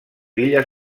illes